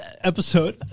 episode